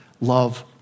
love